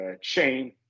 chain